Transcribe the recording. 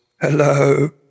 Hello